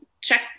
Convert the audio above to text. check